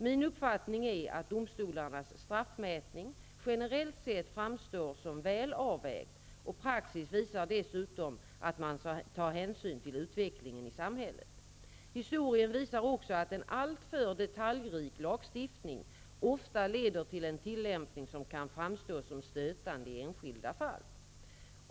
Min uppfattning är att domstolarnas straffmätning generellt sett framstår som väl avvägd, och praxis visar dessutom att man tar hänsyn till utvecklingen i samhället. Historien visar också att en alltför detaljrik lagstiftning ofta leder till en tillämpning som kan framstå som stötande i enskilda fall.